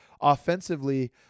offensively